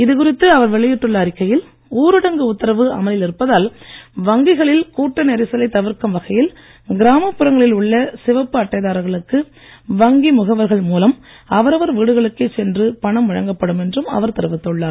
இது குறித்து அவர் வெளியிட்டுள்ள அறிக்கையில் ஊரடங்கு உத்தரவு அமலில் இருப்பதால் வங்கிகளில் கூட்ட நெரிசலை தவிர்க்கும் வகையில் கிராமப்புறங்களில் உள்ள சிவப்பு அட்டைதாரர்களுக்கு வங்கி முகவர்கள் மூலம் அவரவர் வீடுகளுக்கே சென்று பணம் வழங்கப்படும் என்றும் அவர் தெரிவித்துள்ளார்